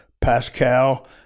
Pascal